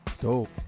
dope